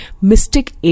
mystic